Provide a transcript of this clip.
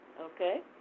Okay